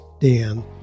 Dan